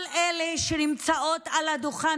כל אלה שנמצאות על הדוכן